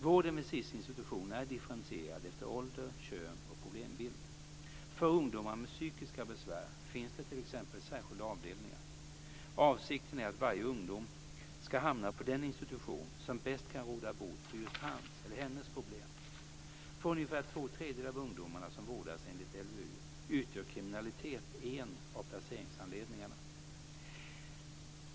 Vården vid SiS institutioner är differentierad efter ålder, kön och problembild. För ungdomar med psykiska besvär finns det t.ex. särskilda avdelningar. Avsikten är att varje ungdom ska hamna på den institution som bäst kan råda bot på just hans eller hennes problem. För ungefär två tredjedelar av ungdomarna som vårdas enligt LVU utgör kriminalitet en av placeringsanledningarna.